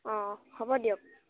অঁ হ'ব দিয়ক